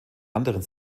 anderen